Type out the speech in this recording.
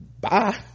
bye